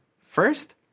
first